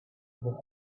been